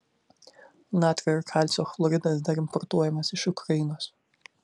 natrio ir kalcio chloridas dar importuojamas iš ukrainos